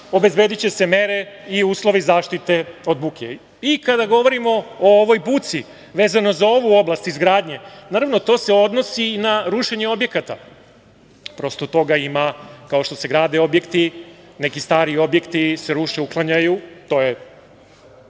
obezbediće se mere i uslovi zaštite od buke. Kada govorimo o ovoj buci, vezano za ovu oblast izgradnje, naravno to se odnosi i na rušenje objekata. Toga ima, kao što se grade objekti, neki stari objekti se ruše, uklanjaju. Dakle,